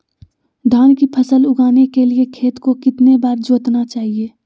धान की फसल उगाने के लिए खेत को कितने बार जोतना चाइए?